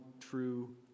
true